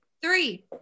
Three